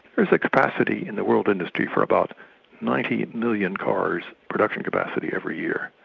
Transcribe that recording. is the capacity in the world industry for about ninety million cars, production capacity every year.